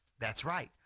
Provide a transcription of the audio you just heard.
that's right,